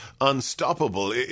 unstoppable